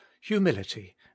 humility